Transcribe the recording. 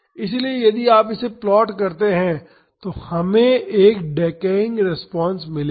इसलिए यदि आप इसे प्लॉट करते हैं तो हमें एक डेकैयिंग रिस्पांस मिलेगा